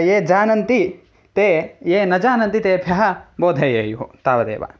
ये जानन्ति ते ये न जानन्ति तेभ्यः बोधयेयुः तावदेव